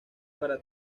para